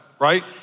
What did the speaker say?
right